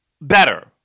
better